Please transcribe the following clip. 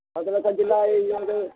ଭଦ୍ରକ ଜିଲ୍ଲା ଏବେ ଇଆଡ଼େ